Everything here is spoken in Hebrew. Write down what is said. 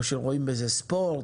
או שרואים בזה ספורט?